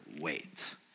wait